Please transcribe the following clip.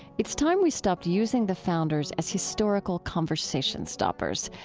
it's time we stopped using the founders as historical conversation stoppers,